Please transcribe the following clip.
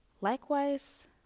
Likewise